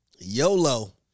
YOLO